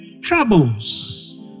troubles